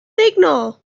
signal